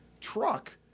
truck